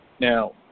Now